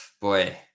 boy